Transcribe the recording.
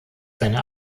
seine